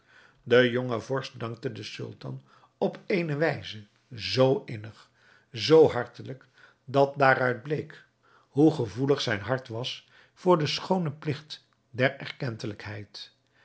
de jonge vorst dankte den sultan op eene wijze zoo innig zoo hartelijk dat daaruit bleek hoe gevoelig zijn hart was voor de schoone pligt der erkentelijkheid